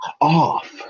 off